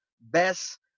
best